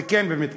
זה כן במתכוון.